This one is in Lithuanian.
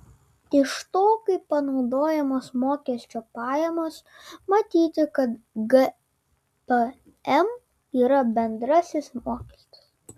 iš to kaip panaudojamos mokesčio pajamos matyti kad gpm yra bendrasis mokestis